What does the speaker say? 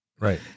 Right